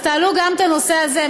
תעלו גם את הנושא הזה.